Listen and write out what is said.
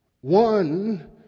One